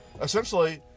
essentially